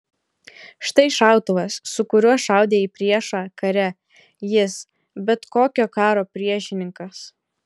štai šautuvas su kuriuo šaudė į priešą kare jis bet kokio karo priešininkas